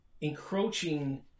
encroaching